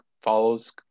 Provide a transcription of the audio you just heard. follows